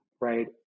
right